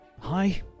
Hi